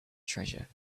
treasure